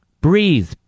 breathe